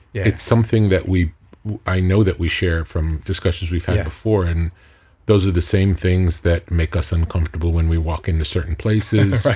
it's something that i know that we share from discussions we've had before and those are the same things that make us uncomfortable when we walk into certain places,